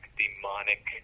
demonic